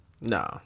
No